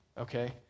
okay